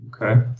Okay